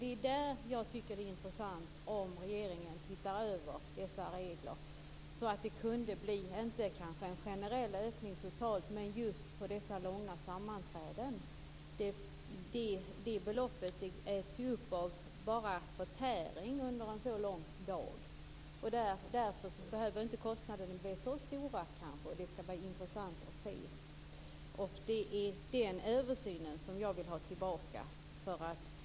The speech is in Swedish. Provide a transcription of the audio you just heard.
Det skulle vara intressant om regeringen kunde se över reglerna, så att det blir en höjning, kanske inte en generell höjning totalt men en höjning just för långa sammanträden. Det beloppet äts ju upp bara av kostnaden för förtäring under en lång dag. Kostnaderna behöver inte bli så stora. Det skall bli intressant att se. Det är den översynen som jag vill ha tillbaka.